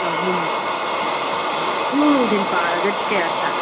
ꯆꯍꯨꯝ ꯎꯝ ꯍꯣꯏ ꯑꯌꯨꯛ ꯅꯨꯡꯊꯤꯜ ꯄꯥꯔꯒꯗꯤ ꯀꯌꯥ ꯁꯥꯏ